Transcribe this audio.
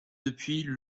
depuis